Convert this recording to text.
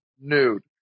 nude